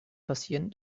passieren